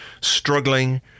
struggling